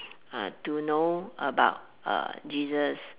uh to know about uh Jesus